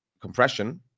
compression